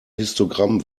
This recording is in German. histogramm